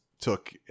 took